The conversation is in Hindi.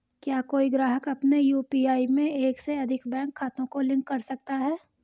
क्या कोई ग्राहक अपने यू.पी.आई में एक से अधिक बैंक खातों को लिंक कर सकता है?